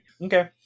Okay